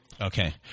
Okay